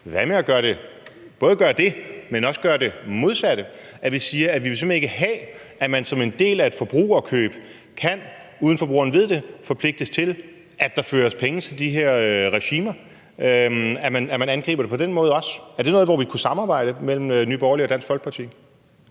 Hvad med både at gøre det, men også gøre det modsatte, altså at vi siger, at vi simpelt hen ikke vil have, at man som en del af et forbrugerkøb, uden at forbrugeren ved det, kan forpligtes til, at der overføres penge til de her regimer, og at man også angriber det på den måde? Er det noget, hvor vi kunne samarbejde mellem Nye Borgerlige og Dansk Folkeparti?